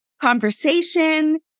conversation